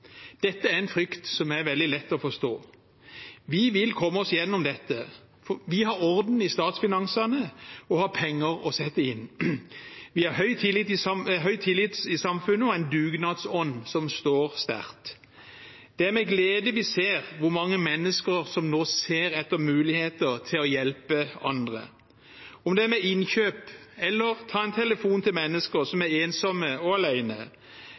Dette er en frykt som er veldig lett å forstå. Vi vil komme oss gjennom dette. Vi har orden i statsfinansene og har penger å sette inn. Vi har høy tillit i samfunnet og en dugnadsånd som står sterkt. Det er med glede vi ser hvor mange mennesker som nå ser etter muligheter til å hjelpe andre, om det er med innkjøp eller å ta en telefon til mennesker som er ensomme og